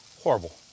Horrible